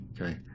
Okay